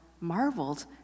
marveled